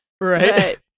Right